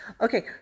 Okay